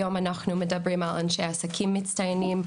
היום אנחנו מדברים על אנשי עסקים מצטיינים,